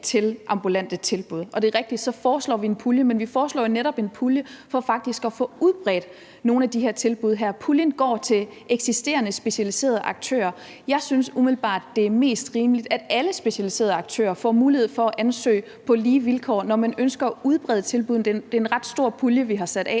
til permanente tilbud. Det er rigtigt, at vi foreslår en pulje, men vi foreslår jo netop en pulje for faktisk at få udbredt nogle af de her tilbud. Puljen går til eksisterende specialiserede aktører. Jeg synes umiddelbart, det er mest rimeligt, at alle specialiserede aktører får mulighed for at ansøge på lige vilkår, når man ønsker at udbrede tilbuddene. Det er en ret stor pulje, vi har sat af,